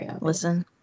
listen